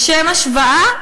לשם השוואה,